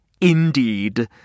Indeed